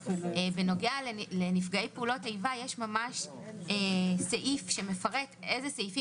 בנוגע לנפגעי פעולות איבה יש ממש סעיף שמפרט אילו סעיפים